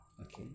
okay